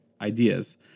ideas